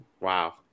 wow